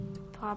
Pop